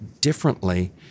differently